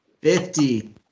Fifty